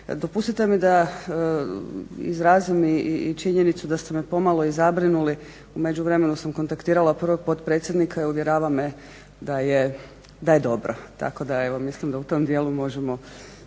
Dopustite mi da izrazim i činjenicu da ste me pomalo i zabrinuli. U međuvremenu sam kontaktirala prvog potpredsjednika i uvjerava me da je dobro. Tako da evo mislim da u tom dijelu možemo